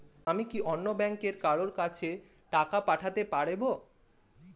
আমি কি অন্য ব্যাংকের কারো কাছে টাকা পাঠাতে পারেব?